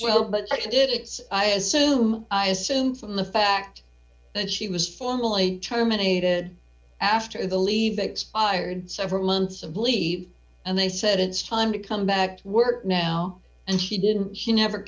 well but i did it i assume i assume from the fact that she was formally terminated after the leave expired several months of believe and they said it's time to come back to work now and she didn't she never